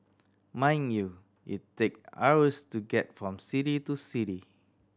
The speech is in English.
mind you it take hours to get from city to city